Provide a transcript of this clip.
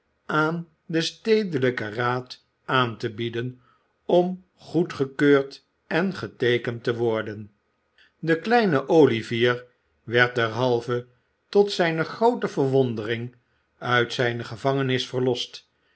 aan den stedelijken raad aan te bieden om goedgekeurd en geteekend te worden de kleine olivier werd derhalve tot zijne groote verwondering uit zijne gevangenis verlost